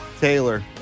Taylor